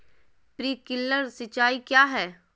Sprinkler सिंचाई क्या है?